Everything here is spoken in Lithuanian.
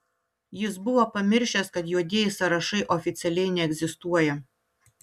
jis buvo pamiršęs kad juodieji sąrašai oficialiai neegzistuoja